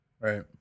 Right